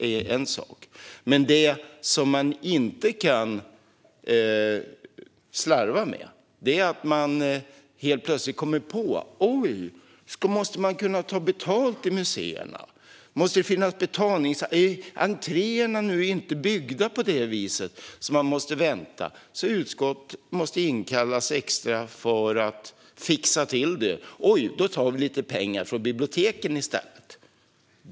Men man kan inte slarva när man helt plötsligt kommer på att museerna måste kunna ta betalt. Entréerna är inte byggda för det, så man måste vänta. Då måste utskottet inkallas extra för att fixa till det hela, och det slutar med att man tar lite pengar från biblioteken i stället.